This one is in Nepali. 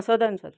सोध न सोध